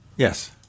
Yes